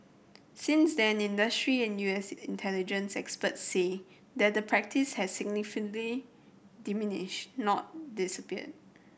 since then industry and U S intelligence experts say that the practice has significantly diminished not disappeared